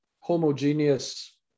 homogeneous